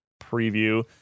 preview